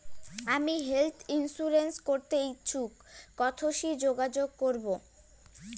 আমি health insurance করতে ইচ্ছুক কথসি যোগাযোগ করবো?